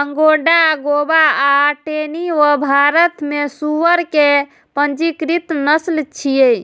अगोंडा गोवा आ टेनी वो भारत मे सुअर के पंजीकृत नस्ल छियै